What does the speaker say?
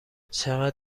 چقد